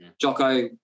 jocko